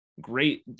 great –